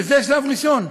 וזה השלב הראשון.